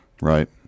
Right